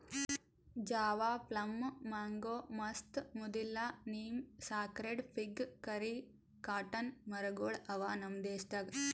Java plum, mango, ಮಸ್ತ್, ಮುದಿಲ್ಲ, neem, sacred fig, curry, cotton ಮರ ಗೊಳ್ ಅವಾ ನಮ್ ದೇಶದಾಗ್